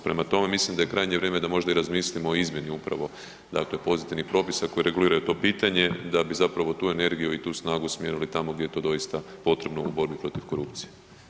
Prema tome, mislim da je krajnje vrijeme da možda razmislimo o izmjeni upravo, dakle propisa koji reguliraju to pitanje da bi zapravo tu energiju i tu snagu usmjerili tamo gdje je to doista potrebno u borbi protiv korupcije.